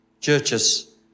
Churches